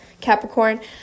Capricorn